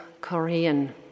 Korean